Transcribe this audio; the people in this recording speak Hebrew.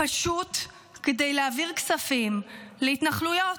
פשוט כדי להעביר כספים להתנחלויות,